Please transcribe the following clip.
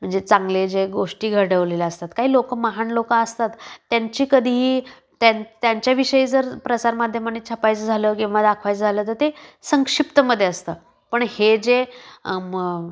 म्हणजे चांगले जे गोष्टी घडवलेले असतात काही लोकं महान लोक असतात त्यांची कधीही त्यां त्यांच्याविषयी जर प्रसारमाध्यमाने छापायचं झालं किंवा दाखवायचं झालं तर ते संक्षिप्तमध्ये असतं पण हे जे मग